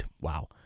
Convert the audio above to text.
Wow